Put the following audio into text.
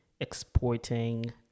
exporting